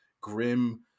grim